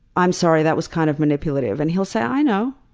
i'm sorry, that was kind of manipulative, and he'll say, i know.